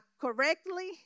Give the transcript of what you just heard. correctly